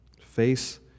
Face